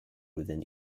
within